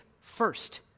first